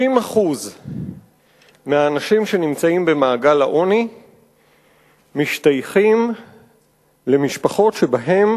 60% מהאנשים שנמצאים במעגל העוני משתייכים למשפחות שבהן